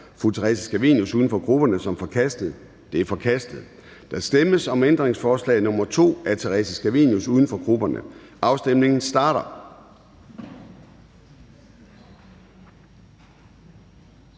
af Theresa Scavenius, UFG, som forkastet. Det er forkastet. Der stemmes om ændringsforslag nr. 3, af Theresa Scavenius, UFG, og afstemningen starter.